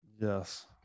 yes